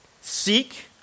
Seek